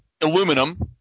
aluminum